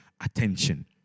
attention